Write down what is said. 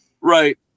right